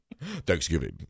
Thanksgiving